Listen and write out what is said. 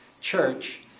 church